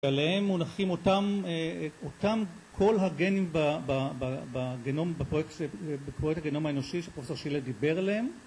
ועליהם מונחים אותם כל הגנים בפרויקט הגנום האנושי שפרופ' שילר דיבר עליהם